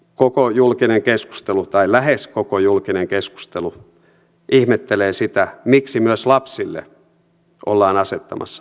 koko julkinen keskustelu tai lähes koko julkinen keskustelu ihmettelee sitä miksi myös lapsille ollaan asettamassa toimeentuloedellytystä